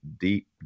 deep